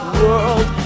world